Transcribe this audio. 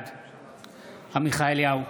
בעד עמיחי אליהו,